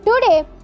Today